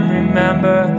remember